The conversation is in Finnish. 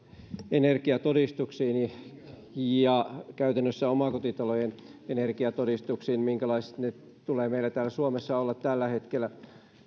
energiatodistuksiin ja käytännössä omakotitalojen energiatodistuksiin minkälaiset niiden tulee meillä suomessa olla tällä hetkellä